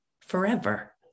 forever